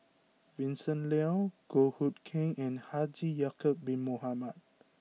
Vincent Leow Goh Hood Keng and Haji Ya'Acob bin Mohamed